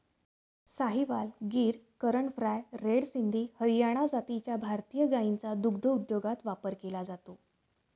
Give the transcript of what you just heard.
Sahiwal, Gir, Karan fries, red Sindhi, Haryana जातीच्या भारतीय गायींचा दुग्धोद्योगात वापर केला जातो